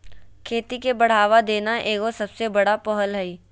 खेती के बढ़ावा देना एगो सबसे बड़ा पहल हइ